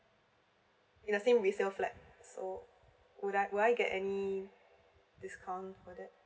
in the same resale flat so would I would I get any discount for that